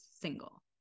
single